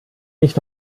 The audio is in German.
mich